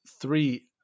three